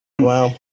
Wow